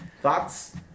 Thoughts